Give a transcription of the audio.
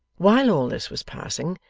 while all this was passing,